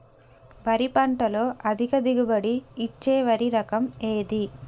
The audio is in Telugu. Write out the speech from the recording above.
వరి పంట లో అధిక దిగుబడి ఇచ్చే వరి రకం ఏది?